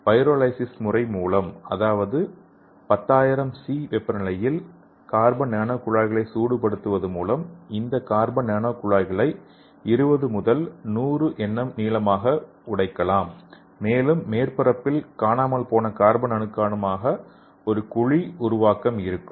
pyrolysis மூலம் அதாவது 10000 C வெப்பநிலையில் கார்பன் நானோ குழாய்களை சூடுபடுத்துவது மூலம் இந்த கார்பன் நானோ குழாய்களை 20 முதல் 100 என்எம் நீளமாக உடைக்கலாம்மேலும் மேற்பரப்பில் காணாமல் போன கார்பன் அணு காரணமாக ஒரு குழி உருவாக்கம் இருக்கும்